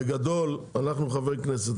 בגדול, אנחנו חברי כנסת.